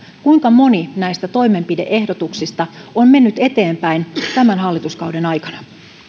kuinka moni näistä toimenpide ehdotuksista on mennyt eteenpäin tämän hallituskauden aikana